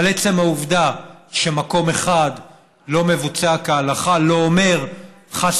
אבל עצם העובדה שבמקום אחד זה לא מבוצע כהלכה לא אומר חס